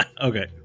Okay